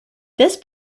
this